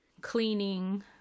cleaning